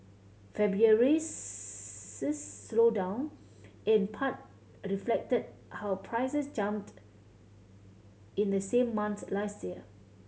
February's slowdown in part reflected how prices jumped in the same month last year